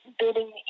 building